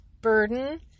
burden